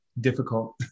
difficult